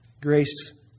Grace